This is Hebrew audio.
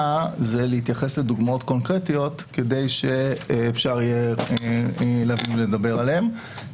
זה להתייחס לדוגמאות קונקרטיות כדי שאפשר יהיה לדבר עליהן.